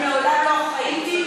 אני מעולם לא חייתי,